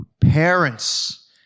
parents